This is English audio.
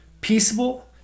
peaceable